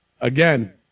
Again